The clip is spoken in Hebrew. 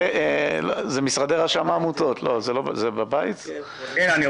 ציבור לעניין סעיף 61. רק במכתב שאתם